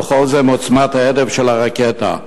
וכל זה מעוצמת ההדף של הרקטה.